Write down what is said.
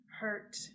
hurt